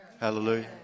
Hallelujah